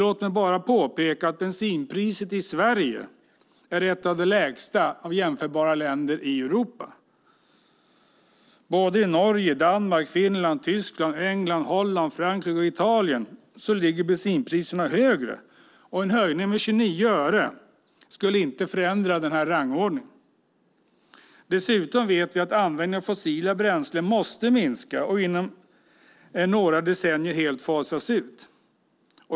Låt mig dock påpeka att bensinpriset i Sverige är ett av de lägsta inom Europa. I Norge, Danmark, Finland, Tyskland, England, Holland, Frankrike och Italien ligger bensinpriset högre, och en höjning med 29 öre skulle inte förändra detta. Dessutom vet vi att användningen av fossila bränslen måste minska och inom en några decennier helt fasas ut.